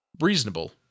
reasonable